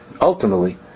Ultimately